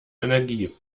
energie